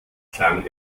klang